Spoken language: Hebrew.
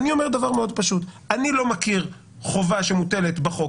אני אומר דבר מאוד פשוט: אני לא מכיר חובה שמוטלת בחוק,